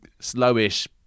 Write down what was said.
slowish